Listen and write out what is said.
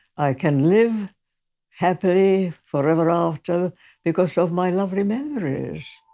i can live happily forever after because of my lovely memories.